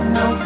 no